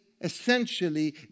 essentially